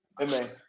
Amen